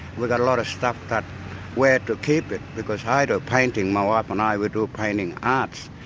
we've got a lot of stuff but where to keep it, because i do painting, my wife and i would do painting, arts,